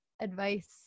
advice